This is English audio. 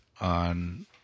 on